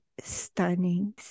stunning